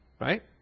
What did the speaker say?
Right